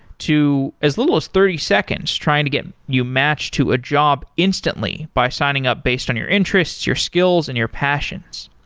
to as little as thirty seconds trying to get you matched to a job instantly, by signing up based on your interests, your skills and your passions.